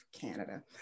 Canada